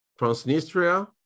Transnistria